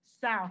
south